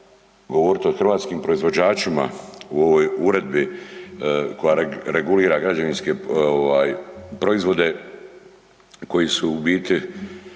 govorite o hrvatskim proizvođačima o ovoj uredbi koja regulira građevinske ovaj proizvode koji su u biti